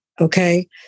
Okay